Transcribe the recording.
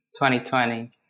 2020